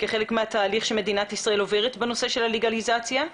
כחלק מהתהליך שמדינת ישראל עוברת בנושא של הלגליזציה.